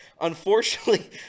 Unfortunately